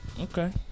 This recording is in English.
Okay